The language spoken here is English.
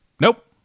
Nope